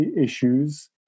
issues